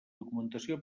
documentació